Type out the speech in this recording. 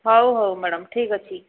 ହଉ ହଉ ମ୍ୟାଡ଼ାମ୍ ଠିକ୍ ଅଛି